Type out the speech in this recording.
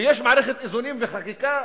ויש מערכת איזונים וחקיקה